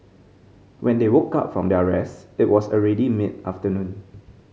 when they woke up from their rest it was already mid afternoon